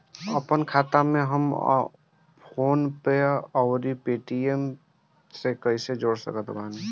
आपनखाता के हम फोनपे आउर पेटीएम से कैसे जोड़ सकत बानी?